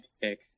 pick